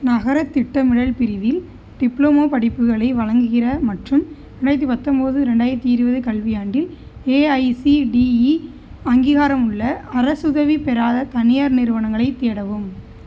நகரத் திட்டமிடல் பிரிவில் டிப்ளோமா படிப்புகளை வழங்குகிற மற்றும் ரெண்டாயிரத்து பத்தொம்பது ரெண்டாயிரத்து இருபது கல்வியாண்டில் ஏஐசிடிஇ அங்கீகாரமுள்ள அரசுதவி பெறாத தனியார் நிறுவனங்களைத் தேடவும்